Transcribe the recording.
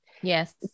Yes